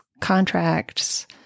contracts